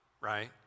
right